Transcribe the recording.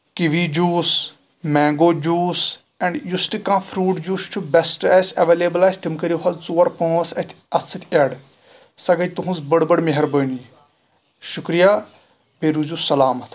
kiwi juice mango juice and یُس تہِ کانٛہہ فروٗٹ جوٗس چھُ بیٚسٹ آسہِ اٮ۪ویلیبٕل آسہِ تِم کٔرِو حظ ژور پانٛژھ اَتھ سۭتۍ اٮ۪ڈ سۄ گٔیے تُہنٛز بٔڑ بٔڑ مہربٲنی شُکرِیا بیٚیہِ روٗزِو سَلامَت